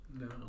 no